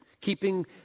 Keeping